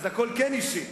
אז הכול כן אישי.